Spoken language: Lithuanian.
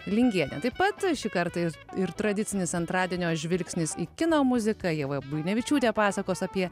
lingienė taip pat ši kartais ir tradicinis antradienio žvilgsnis į kino muziką ieva buinevičiūtė pasakos apie